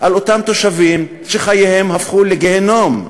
על אותם תושבים שחייהם הפכו לגיהינום?